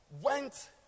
went